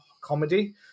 comedy